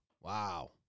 Wow